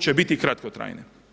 će biti kratkotrajne.